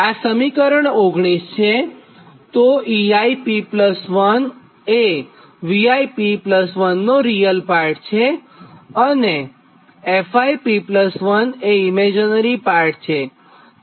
તો eip1 એ vip1નો રીયલ પાર્ટ છે અને fip1 એ ઇમેજીનરી પાર્ટ છે